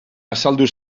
azaldu